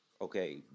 Okay